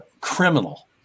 criminal